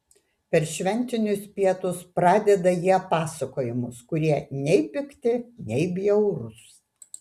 per šventinius pietus pradeda jie pasakojimus kurie nei pikti nei bjaurūs